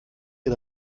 ihr